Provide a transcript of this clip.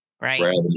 Right